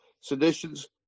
seditions